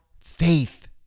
faith